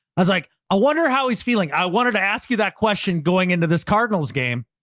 i was like, i wonder how he's feeling. i wanted to ask you that question going into this cardinals game.